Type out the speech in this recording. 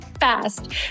fast